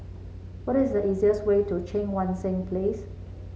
what is the easiest way to Cheang Wan Seng Place